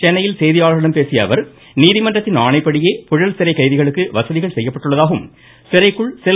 சென்னையில் செய்தியாளர்களிடம் பேசிய அவர் நீதிமன்றத்தின் ஆணைப்படியே புழல் சிறை கைதிகளுக்கு வசதிகள் செய்யப்பட்டுள்ளதாகவும் சிறைக்குள் செல்